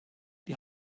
die